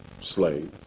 slave